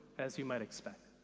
as you might expect,